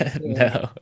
No